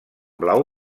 blau